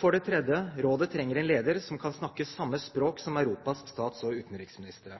For det tredje: Rådet trenger en leder som kan snakke samme språk som Europas stats- og utenriksministre.